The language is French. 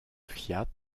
fiat